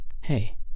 Hey